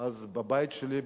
שזה 7% אז בבית שלי,